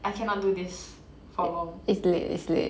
I cannot do this for long